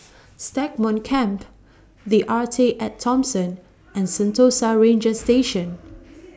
Stagmont Camp The Arte and Thomson and Sentosa Ranger Station